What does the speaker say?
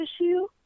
issue